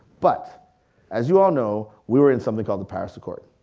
but as you all know we were in something called the paris accord.